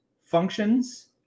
functions